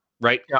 Right